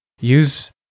use